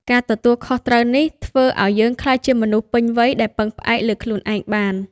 ការទទួលខុសត្រូវនេះធ្វើឲ្យយើងក្លាយជាមនុស្សពេញវ័យដែលពឹងផ្អែកលើខ្លួនឯងបាន។